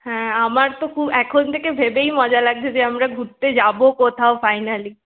হ্যাঁ আমার তো খুব এখন থেকে ভেবেই মজা লাগছে যে আমরা ঘুরতে যাবো কোথাও ফাইনালি